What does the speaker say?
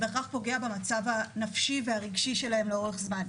בהכרח פוגע במצב הנפשי והרגשי שלהם לאורך זמן.